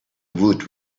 woot